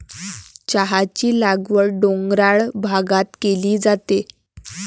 चहाची लागवड डोंगराळ भागात केली जाते